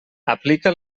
aplica